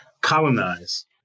colonize